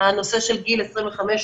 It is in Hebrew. הנושא של גיל 35-25,